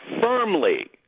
firmly